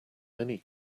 many